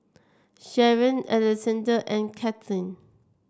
Sharen Alexande and Kathleen